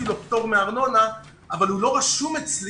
לו פטור מארנונה אבל הוא לא רשום אצלי,